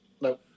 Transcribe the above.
No